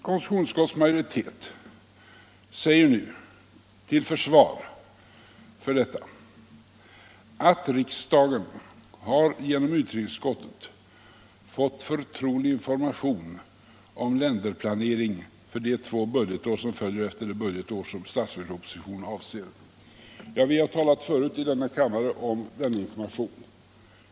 Konstitutionsutskottets majoritet säger nu till försvar för regeringen att riksdagen genom utrikesutskottet har fått förtrolig information om länderplanering för de två budgetår som följer efter det budgetår som statsverkspropositionen avser. Vi har förut i denna kammare talat om den informationen.